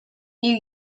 new